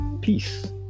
Peace